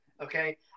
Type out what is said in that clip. okay